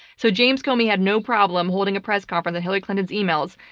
so james comey had no problem holding a press conference on hillary clinton's emails,